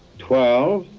twelve,